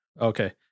Okay